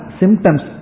symptoms